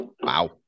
Wow